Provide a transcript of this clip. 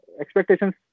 expectations